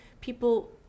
people